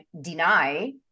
deny